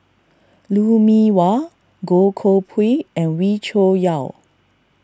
Lou Mee Wah Goh Koh Pui and Wee Cho Yaw